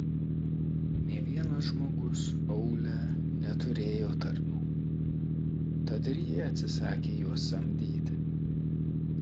nė vienas žmogus aūle neturėjo tarnų tad ir ji atsisakė juos samdyti